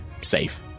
safe